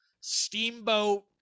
Steamboat